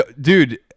Dude